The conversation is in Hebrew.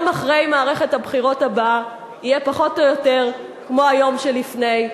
אחרי מערכת הבחירות הבאה יהיה פחות או יותר כמו היום שלפני,